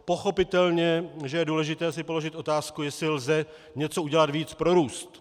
Pochopitelně že je důležité si položit otázku, jestli lze něco udělat víc pro růst.